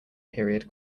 period